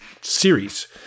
series